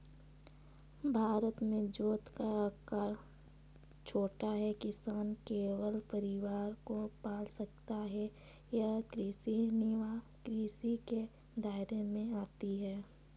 भारत में जोत का आकर छोटा है, किसान केवल परिवार को पाल सकता है ये कृषि निर्वाह कृषि के दायरे में आती है